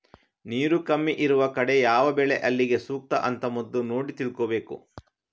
ನೀರು ಕಮ್ಮಿ ಇರುವ ಕಡೆ ಯಾವ ಬೆಳೆ ಅಲ್ಲಿಗೆ ಸೂಕ್ತ ಅಂತ ಮೊದ್ಲು ನೋಡಿ ತಿಳ್ಕೋಬೇಕು